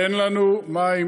אין לנו מים,